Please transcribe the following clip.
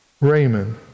Raymond